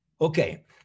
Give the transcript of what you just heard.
Okay